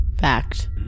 fact